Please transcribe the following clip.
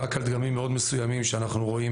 רק על דגמים מאוד מסוימים שאנחנו רואים